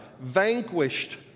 vanquished